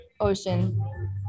ocean